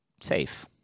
safe